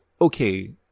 okay